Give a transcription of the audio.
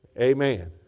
Amen